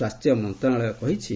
ସ୍ୱାସ୍ଥ୍ୟ ମନ୍ତ୍ରଣାଳୟ କହିଛି